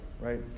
right